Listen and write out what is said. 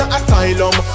asylum